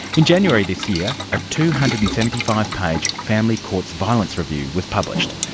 in january this year, a two hundred and seventy five page family courts violence review was published.